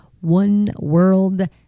one-world